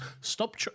stop